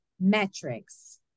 metrics